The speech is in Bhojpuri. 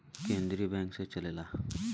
केन्द्रीय बैंक से चलेला